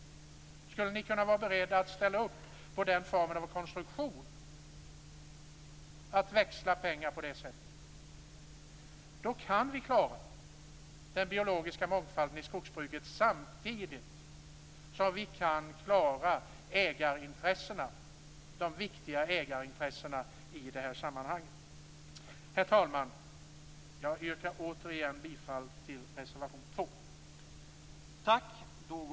Skulle ni kunna vara beredda att ställa upp på den formen av konstruktion, dvs. på att växla pengar på det sättet? Då kan vi nämligen klara den biologiska mångfalden i skogsbruket, samtidigt som vi kan klara de viktiga ägarintressena i det här sammanhanget. Herr talman! Jag yrkar återigen bifall till reservation nr 2.